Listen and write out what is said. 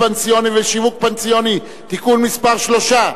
פנסיוני ובשיווק פנסיוני) (תיקון מס' 3),